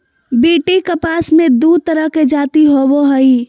BT कपास मे दू तरह के जाति होबो हइ